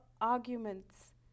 arguments